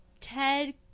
Ted